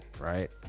right